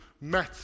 met